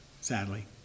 sadly